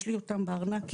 יש לי אותם בארנק.